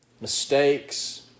mistakes